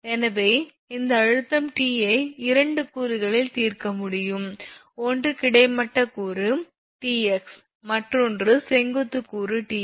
எனவே இந்த அழுத்தம் T ஐ இரண்டு கூறுகளில் தீர்க்க முடியும் ஒன்று கிடைமட்ட கூறு Tx மற்றொரு செங்குத்து கூறு Ty